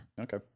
Okay